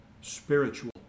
spiritual